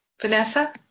Vanessa